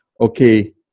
okay